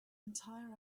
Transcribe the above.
entire